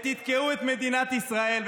ותתקעו את מדינת ישראל,